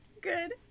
Good